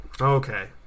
Okay